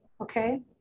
okay